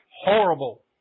horrible